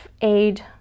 aid